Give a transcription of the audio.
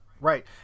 Right